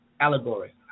allegory